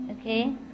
okay